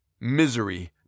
Misery